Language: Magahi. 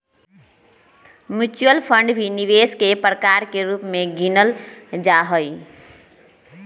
मुच्युअल फंड भी निवेश के प्रकार के रूप में गिनल जाहई